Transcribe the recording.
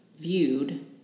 viewed